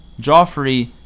Joffrey